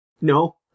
No